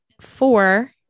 four